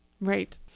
right